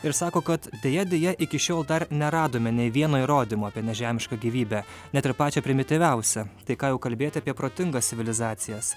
ir sako kad deja deja iki šiol dar neradome nei vieno įrodymo apie nežemišką gyvybę net ir pačią primityviausią tai ką jau kalbėti apie protingas civilizacijas